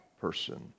person